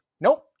nope